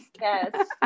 yes